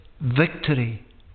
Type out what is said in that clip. victory